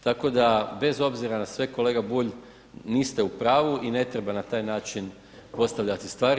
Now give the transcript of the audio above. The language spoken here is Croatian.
Tako da bez obzira na sve kolega Bulj niste u pravu i ne treba na taj način postavljati stvari.